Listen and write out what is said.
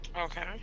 Okay